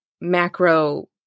macro